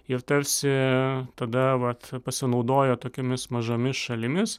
ir tarsi tada vat pasinaudojo tokiomis mažomis šalimis